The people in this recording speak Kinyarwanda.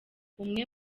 umwe